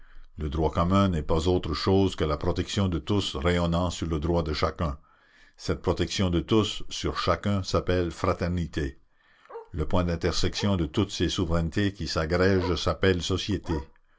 le droit commun n'est pas autre chose que la protection de tous rayonnant sur le droit de chacun cette protection de tous sur chacun s'appelle fraternité le point d'intersection de toutes ces souverainetés qui s'agrègent s'appelle société